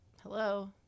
hello